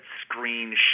screen